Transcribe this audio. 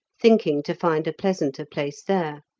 thinking to find a pleasanter place there.